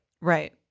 Right